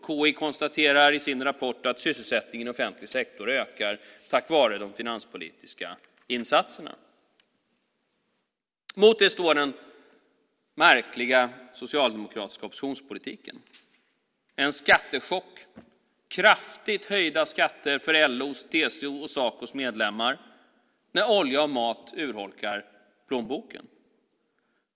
KI konstaterar i sin rapport att sysselsättningen i offentlig sektor ökar tack vare de finanspolitiska insatserna. Mot det står den märkliga socialdemokratiska oppositionspolitiken. En skattechock, med kraftigt höjda skatter för LO:s, TCO:s och Sacos medlemmar när olja och mat urholkar plånboken.